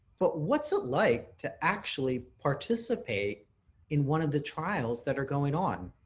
but what's it like to actually participate in one of the trials that are going on?